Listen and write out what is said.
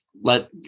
let